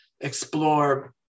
explore